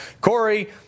Corey